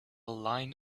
line